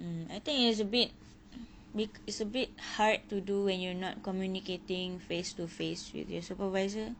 mm I think it's a bit be~ it's a bit hard to do when you're not communicating face to face with your supervisor